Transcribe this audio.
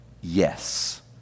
yes